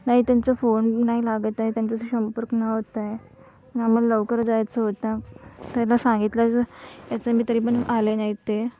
नाही त्यांचं फोन नाही लागत आहे त्यांच्याशी संपर्क ना होत आहे आम्हाला लवकर जायचं होतं त्यांना सांगितलं मी तरीपण आले नाहीत ते